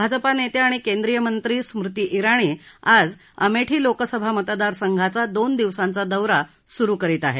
भाजपा नेत्या आणि केंद्रीय मंत्री स्मृती आणी आज अमेठी लोकसभा मतदार संघाचा दोन दिवसांचा दौरा सुरु करणार आहेत